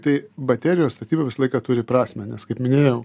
tai baterijos statyba visą laiką turi prasmę nes kaip minėjau